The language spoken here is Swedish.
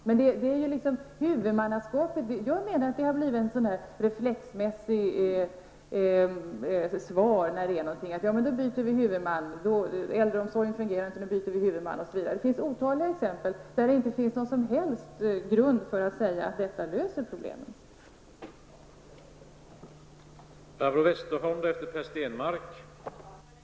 Jag menar att man så fort ett problem uppstår bara reflexmässigt svarar: Ja, då byter vi huvudman. Så är det exempelvis när det gäller äldreomsorgen. Det finns otaliga exempel på att det inte finns någon som helst grund för att man med ett sådant agerande löser uppkomna problem.